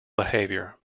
behavior